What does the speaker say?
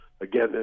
Again